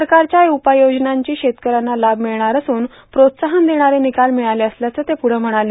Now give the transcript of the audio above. सरकारच्या उपाययोजनांनी शेतकऱ्यांना लाभ मिळाला असून प्रोत्साहन देणारे निकाल मिळाले असल्याचं ते पूढं म्हणाले